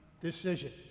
decision